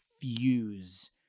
fuse